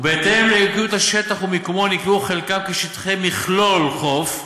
ובהתאם לערכיות השטח ומקומו נקבעו חלקם כשטחי מכלול חוף,